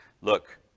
look